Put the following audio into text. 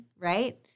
right